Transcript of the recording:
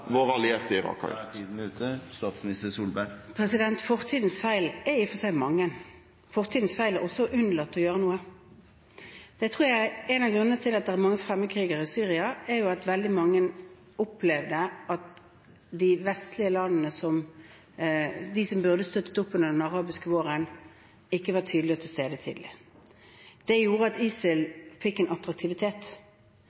våre allierte i Irak? Da er tiden ute. Fortidens feil er i og for seg mange. Fortidens feil er også å unnlate å gjøre noe. En av grunnene til at det er mange fremmedkrigere i Syria, er jo at veldig mange opplevde at de vestlige landene som burde støttet opp under den arabiske våren, ikke var tydelige og til stede tidlig. Det gjorde at ISIL